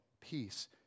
peace